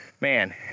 man